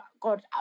God